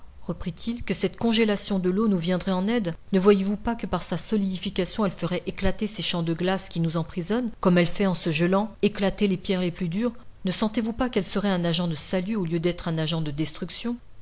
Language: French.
reprit-il que cette congélation de l'eau nous viendrait en aide ne voyez-vous pas que par sa solidification elle ferait éclater ces champs de glace qui nous emprisonnent comme elle fait en se gelant éclater les pierres les plus dures ne sentez-vous pas qu'elle serait un agent de salut au lieu d'être un agent de destruction